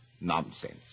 nonsense